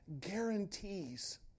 guarantees